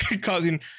causing